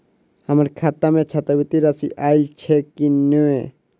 हम्मर खाता मे छात्रवृति राशि आइल छैय की नै?